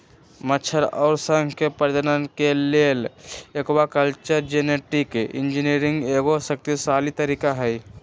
मछर अउर शंख के प्रजनन के लेल एक्वाकल्चर जेनेटिक इंजीनियरिंग एगो शक्तिशाली तरीका हई